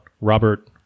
Robert